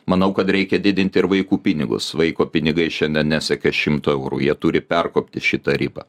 manau kad reikia didinti ir vaikų pinigus vaiko pinigai šiandien nesiekia šimto eurų jie turi perkopti šitą ribą